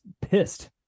pissed